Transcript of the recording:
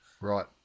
Right